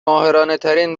ماهرانهترین